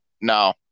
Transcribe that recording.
No